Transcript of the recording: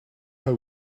her